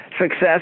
success